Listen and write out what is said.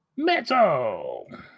Metal